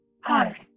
Hi